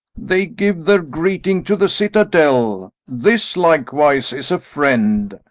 they give their greeting to the citadel this likewise is a friend.